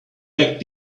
back